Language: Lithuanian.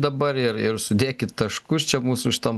dabar ir ir sudėkit taškus čia mūsų šitam